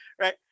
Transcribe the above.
right